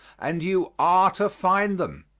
and you are to find them.